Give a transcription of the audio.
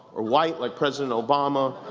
or white like president obama